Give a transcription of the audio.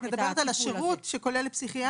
את מדברת על השירות שכולל פסיכיאטר,